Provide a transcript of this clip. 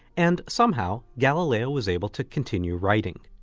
and somehow, galileo was able to continue writing.